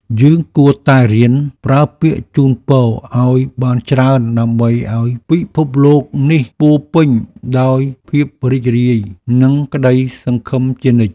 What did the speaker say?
យើងគួរតែរៀនប្រើពាក្យជូនពរឱ្យបានច្រើនដើម្បីឱ្យពិភពលោកនេះពោរពេញដោយភាពរីករាយនិងក្ដីសង្ឃឹមជានិច្ច។